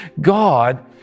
God